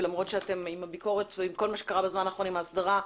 ועם כל הביקורת ועם כל מה שקרה בזמן האחרון עם ההסדרה,